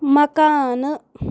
مکانہٕ